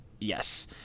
yes